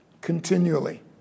continually